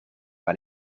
wel